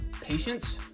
patience